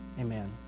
Amen